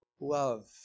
love